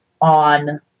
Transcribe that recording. on